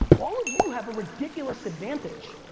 all of you have a ridiculous advantage.